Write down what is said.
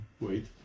Wait